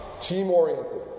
team-oriented